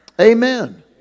Amen